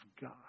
God